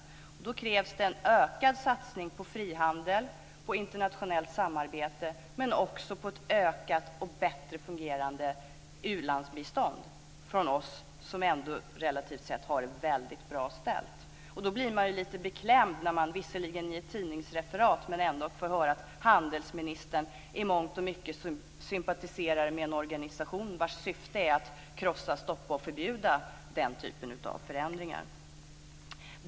Då krävs det en ökad satsning på frihandel, på internationellt samarbete och också på ett ökat och bättre fungerande u-landsbistånd från oss som ändå relativt sett har det väldigt bra ställt. Dock blir man lite beklämd när man - visserligen genom ett tidningsreferat, men ändå - får veta att handelsministern i mångt och mycket sympatiserar med en organisation vars syfte är att krossa, stoppa och förbjuda den typen av förändringar.